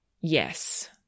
yes